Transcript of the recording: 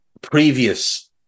previous